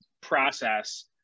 process